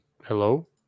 hello